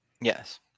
Yes